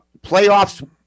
playoffs